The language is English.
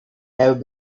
have